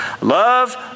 Love